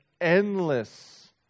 endless